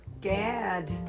Gad